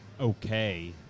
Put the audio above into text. okay